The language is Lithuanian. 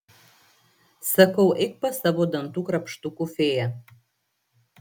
sakau eik pas savo dantų krapštukų fėją